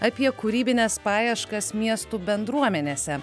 apie kūrybines paieškas miestų bendruomenėse